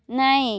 ନାହିଁ